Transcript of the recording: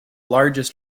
largest